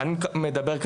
אנחנו מתמקדים